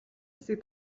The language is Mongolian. хэсэг